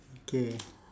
okay